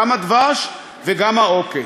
גם הדבש וגם העוקץ,